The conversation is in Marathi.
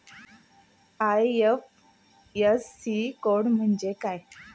आय.एफ.एस.सी कोड म्हणजे काय?